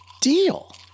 deal